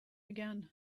again